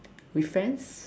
with friends